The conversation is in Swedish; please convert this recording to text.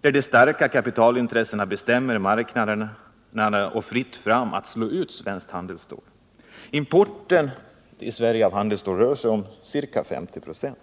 där de starka kapitalintressena bestämmer marknaderna och där det är fritt fram att slå ut svenskt handelsstål. Importen till Sverige av handelsstål rör sig om 50 96.